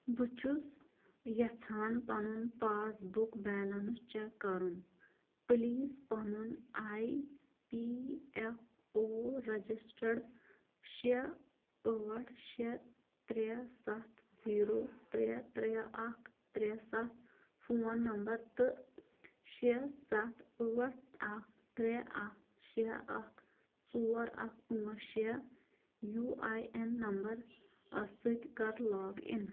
بہٕ چھُس یژھان پَنُن پاس بُک بیلَنٕس چَک کَرُن پٕلیٖز پَنُن I P F O registered شےٚ ٲٹھ شےٚ ترٛےٚ سَتھ زیٖرو ترٛےٚ ترٛےٚ اَکھ ترٛےٚ سَتھ فون نَمبَر تہٕ شےٚ سَتھ ٲٹھ اَکھ ترٛےٚ اَکھ شےٚ اَکھ ژور اَکھ پانٛژھ شےٚ یوٗ آی اٮ۪ن نَمبَر اَتھ سۭتۍ کَر لاگ اِن